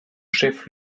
chef